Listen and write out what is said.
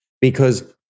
because-